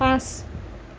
পাঁচ